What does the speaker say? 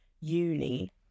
uni